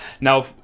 now